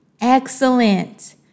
Excellent